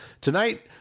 Tonight